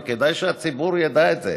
וכדאי שהציבור ידע את זה.